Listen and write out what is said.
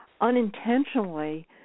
unintentionally